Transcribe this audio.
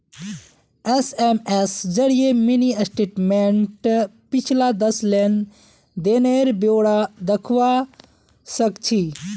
SMS जरिए mini स्टेटमेंटत पिछला दस लेन देनेर ब्यौरा दखवा सखछी